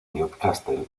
newcastle